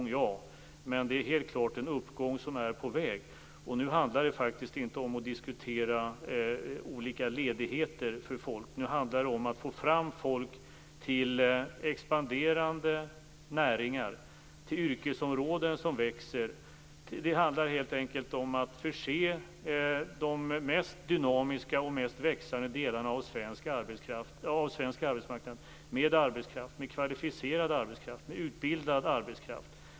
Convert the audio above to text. Men det är helt klart en uppgång som är på väg. Nu handlar det inte om att diskutera olika ledigheter för människor. Nu handlar det om att få fram folk till expanderande näringar och yrkesområden som växer. Det handlar helt enkelt om att förse de mest dynamiska och mest växande delarna av svensk arbetsmarknad med kvalificerad, utbildad arbetskraft.